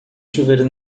chuveiro